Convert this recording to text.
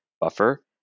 buffer